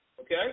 Okay